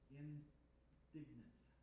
indignant